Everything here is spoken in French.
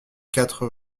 quatre